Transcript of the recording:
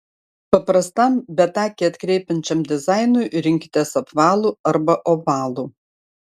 paprastam bet akį atkreipiančiam dizainui rinkitės apvalų arba ovalų